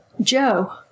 Joe